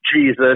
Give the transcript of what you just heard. Jesus